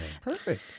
Perfect